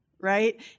right